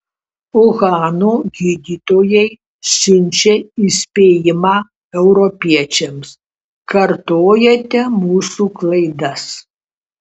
uhano gydytojai siunčia įspėjimą europiečiams kartojate mūsų klaidas